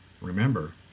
remember